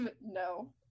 no